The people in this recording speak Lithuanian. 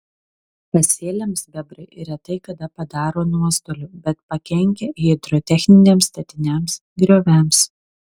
pasėliams bebrai retai kada padaro nuostolių bet pakenkia hidrotechniniams statiniams grioviams